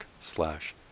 slash